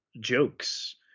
jokes